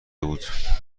بود